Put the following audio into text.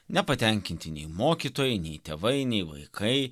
nepatenkinti nei mokytojai nei tėvai nei vaikai